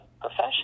profession